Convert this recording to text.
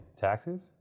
Taxes